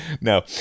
No